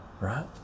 right